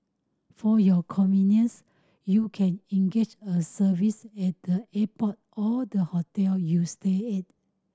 for your convenience you can engage a service at the airport or the hotel you stay at